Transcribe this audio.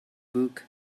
book